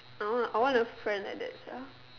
I want a I want a friend like that sia